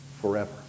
forever